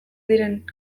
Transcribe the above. diren